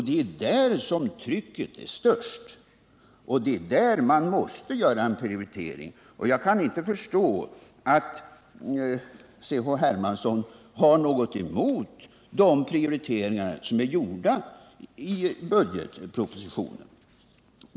Det är ju där som trycket är störst och det är det arbetet som man måste prioritera. Jag kan inte förstå att C.-H. Hermansson kan ha något emot de prioriteringar som är gjorda i budgetpropositionen.